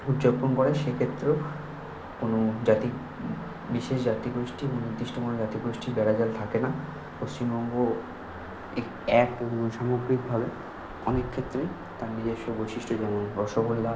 উদযাপন করে সে ক্ষেত্রেও কোনো জাতি বিশেষ জাতি গোষ্ঠী নির্দিষ্ট কোনো জাতি গোষ্ঠীর বেড়াজাল থাকে না পশ্চিমবঙ্গ এক এক এবং সামগ্রিকভাবে অনেক ক্ষেত্রে তার নিজস্ব বৈশিষ্ট্য যেমন রসগোল্লা